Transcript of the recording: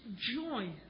joy